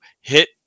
hit